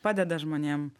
padeda žmonėm